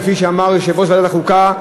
כפי שאמר יושב-ראש ועדת החוקה,